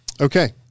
Okay